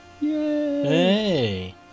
yay